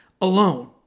alone